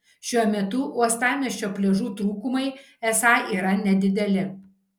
šiuo metu uostamiesčio pliažų trūkumai esą yra nedideli